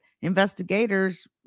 investigators